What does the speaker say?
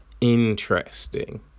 Interesting